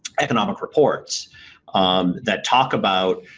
economic reports that talk about